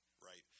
right